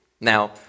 Now